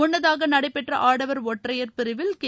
முன்னதாக நடைபெற்ற ஆடவர் ஒற்றையர் பிரிவில் கே